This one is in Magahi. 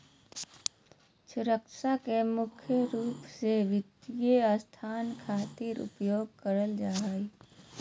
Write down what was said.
सुरक्षा के मुख्य रूप से वित्तीय संस्था खातिर उपयोग करल जा हय